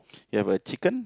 you have a chicken